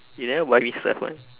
you never buy me stuff [one]